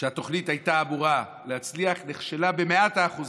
שהתוכנית הייתה אמורה להצליח, נכשלה במאת האחוזים.